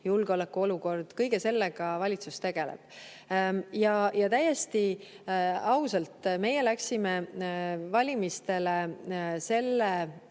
julgeoleku olukord – kõige sellega valitsus tegeleb. Täiesti ausalt, meie läksime valimistele